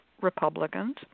Republicans